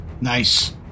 Nice